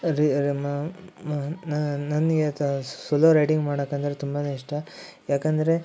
ರಿ ರಿಮಾ ನನಗೆ solo riding ಮಾಡಕ್ಕೆ ಅಂದರೆ ತುಂಬಾ ಇಷ್ಟ ಏಕಂದ್ರೆ